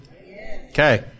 Okay